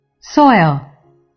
Soil